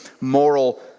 moral